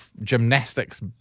gymnastics